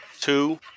two